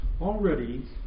already